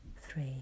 three